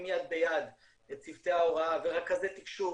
יד ביד את צוותי ההוראה ורכזי תקשוב